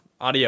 Adios